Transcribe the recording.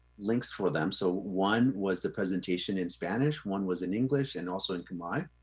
links for them. so one was the presentation in spanish, one was in english and also in kamai.